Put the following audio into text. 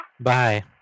Bye